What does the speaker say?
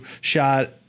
shot